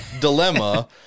dilemma